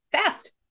fast